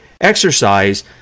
exercise